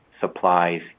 supplies